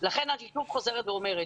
לכן אני שוב חוזרת ואומרת,